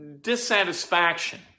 dissatisfaction